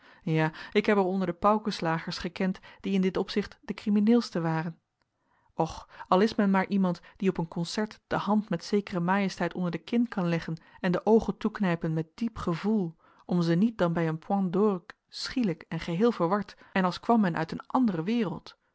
ja ik heb er onder de paukenslagers gekend die in dit opzicht de crimineelste waren och al is men maar iemand die op een concert de hand met zekere majesteit onder de kin kan leggen en de oogen toeknijpen met diep gevoel om ze niet dan bij een point d'orgue schielijk en geheel verward en als kwam men uit eene andere wereld